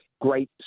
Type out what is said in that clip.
great